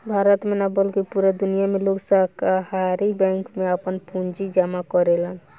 भारत में ना बल्कि पूरा दुनिया में लोग सहकारी बैंक में आपन पूंजी जामा करेलन